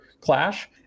clash